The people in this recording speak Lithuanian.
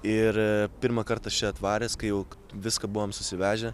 ir pirmą kartą čia atvaręs kai jau viską buvom susivežę